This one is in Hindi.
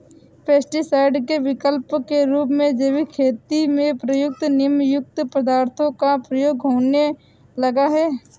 पेस्टीसाइड के विकल्प के रूप में जैविक खेती में प्रयुक्त नीमयुक्त पदार्थों का प्रयोग होने लगा है